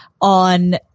on